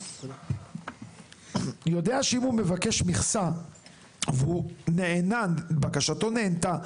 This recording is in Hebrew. אז הוא יודע שאם הוא מבקש מכסה ובקשתו נענתה,